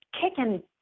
kicking